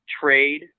Trade